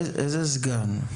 איזה סגן?